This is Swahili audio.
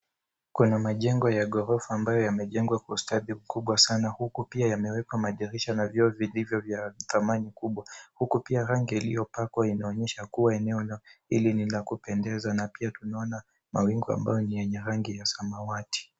Kwenye majengo ya ghorofa ambayo yamejengwa kwa ustadi mkubwa sana huku pia yamewekwa madirisha na vioo vilivyo vya thank kubwa huku pia rangi iliyopakwa inaonyesha kuwa hii ni eneo la kupendeza na pia tunaona mawingu ambayo ni rangi ya samawati.